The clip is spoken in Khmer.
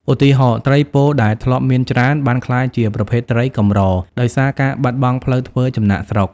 ឧទាហរណ៍ ត្រីពោដែលធ្លាប់មានច្រើន បានក្លាយជាប្រភេទត្រីកម្រ ដោយសារការបាត់បង់ផ្លូវធ្វើចំណាកស្រុក។